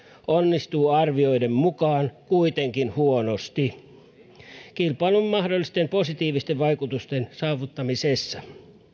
onnistuu arvioiden mukaan kuitenkin huonosti kilpailun mahdollisten positiivisten vaikutusten saavuttamisessa